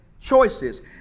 choices